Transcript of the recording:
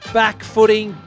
back-footing